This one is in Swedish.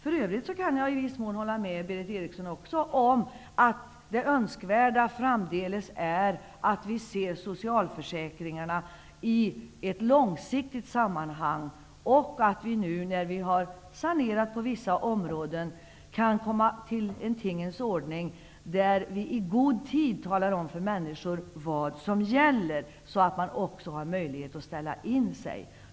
För övrigt kan jag i viss mån hålla med Berith Eriksson om att det önskvärda framdeles är att vi ser socialförsäkringarna i ett långsiktigt sammanhang och att vi nu när vi har sanerat på vissa områden kan komma till en tingens ordning där vi i god tid talar om för människor vad som gäller, så att de också har möjlighet att ställa in sig.